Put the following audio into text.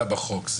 בחוק.